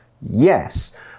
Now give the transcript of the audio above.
Yes